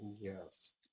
Yes